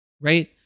right